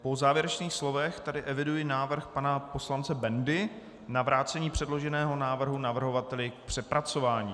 Po závěrečných slovech eviduji návrh pana poslance Bendy na vrácení předloženého návrhu navrhovateli k přepracování.